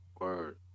Word